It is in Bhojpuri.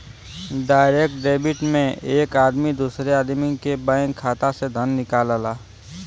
डायरेक्ट डेबिट में एक आदमी दूसरे आदमी के बैंक खाता से धन निकालला